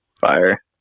fire